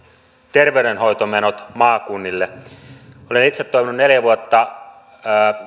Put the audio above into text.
terveydenhoitomenot maakunnille olen itse toiminut neljä vuotta